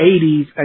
80s